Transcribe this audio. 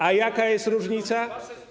A jaka jest różnica?